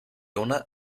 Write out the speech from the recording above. una